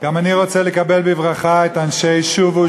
גם אני רוצה לקבל בברכה את אנשי "שובו",